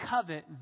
covet